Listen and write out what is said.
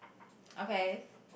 okay